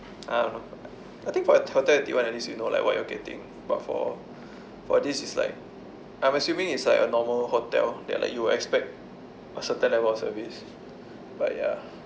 I don't know I think for a hotel you want at least you know like what you're getting but for for this it's like I'm assuming it's like a normal hotel that like you will expect a certain level of service but ya